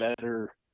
better